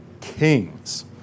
kings